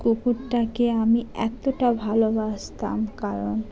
কুকুরটাকে আমি এতটা ভালোবাসতাম কারণ